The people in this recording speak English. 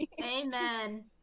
amen